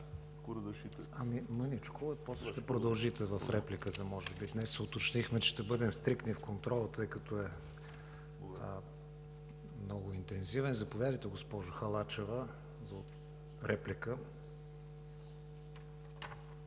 ВИГЕНИН: После ще продължите в репликата, може би. Днес се уточнихме, че ще бъдем стриктни в контрола, тъй като е много интензивен. Заповядайте, госпожо Халачева, за реплика.